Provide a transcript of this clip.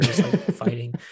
fighting